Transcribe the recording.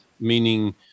meaning